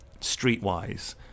streetwise